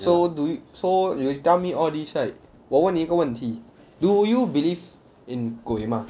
so do you so you tell me all this right 我问你一个问题 do you believe in 鬼 mah